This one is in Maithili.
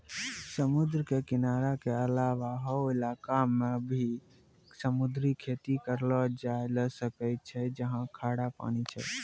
समुद्र के किनारा के अलावा हौ इलाक मॅ भी समुद्री खेती करलो जाय ल सकै छै जहाँ खारा पानी छै